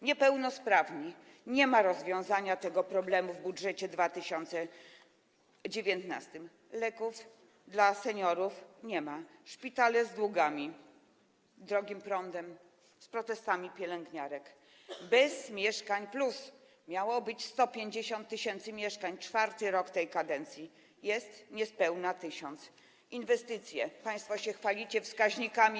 Niepełnosprawni - nie ma rozwiązania tego problemu w budżecie na 2019 r., leków dla seniorów nie ma, szpitale z długami, drogim prądem, z protestami pielęgniarek, nie ma mieszkań +, miało być 150 tys. mieszkań, czwarty rok tej kadencji i jest niespełna 1 tys. Inwestycje - państwo się chwalicie wyższymi wskaźnikami.